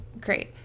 Great